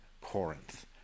Corinth